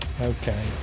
Okay